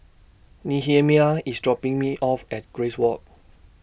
Nehemiah IS dropping Me off At Grace Walk